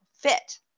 fit